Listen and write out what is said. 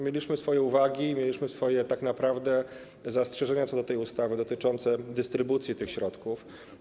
Mieliśmy uwagi, mieliśmy tak naprawdę zastrzeżenia co do tej ustawy dotyczące dystrybucji tych środków.